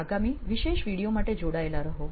તો આગામી વિશેષ વિડીઓ માટે જોડાયેલા રહો